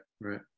right